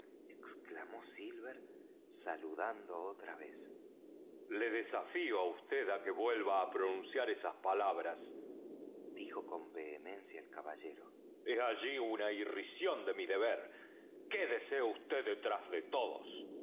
exclamó silver saludando otra vez le desafío á vd á que vuelva á pronunciar esas palabras dijo con vehemencia el caballero he allí una irrisión de mi deber quédese vd detrás de todos